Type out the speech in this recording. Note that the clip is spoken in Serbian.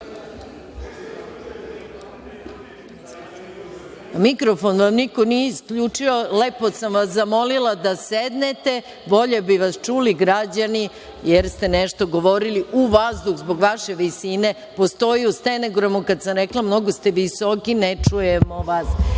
vam niko nije isključio. Lepo sam vas zamolila da sednete, bolje bi vas čuli građani jer ste nešto govorili u vazduh zbog vaše visine. Postoji u stenogramu kada sam rekla – mnogo ste visoki, ne čujemo